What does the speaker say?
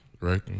right